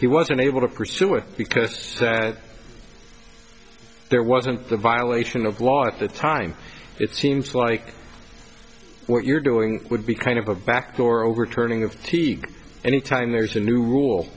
he was unable to pursue it because there wasn't the violation of law at the time it seems like what you're doing would be kind of a backdoor overturning of teeth any time there's a new rule